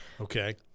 Okay